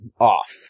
off